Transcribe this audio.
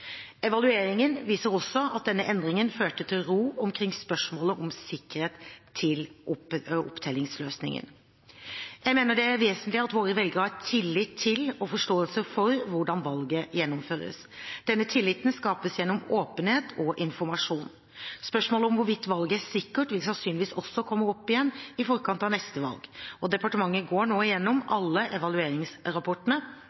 Evalueringen viser også at denne endringen førte til ro omkring spørsmålet om sikkerheten til opptellingsløsningen. Jeg mener det er vesentlig at våre velgere har tillit til og forståelse for hvordan valget gjennomføres. Denne tilliten skapes gjennom åpenhet og informasjon. Spørsmålet om hvorvidt valget er sikkert, vil sannsynligvis også komme opp igjen i forkant av neste valg. Departementet går nå gjennom